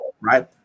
right